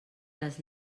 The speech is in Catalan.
les